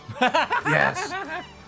Yes